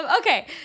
okay